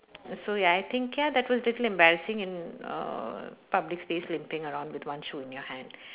so ya I think ya that was a little embarrassing in uh public space limping around with one shoe in your hand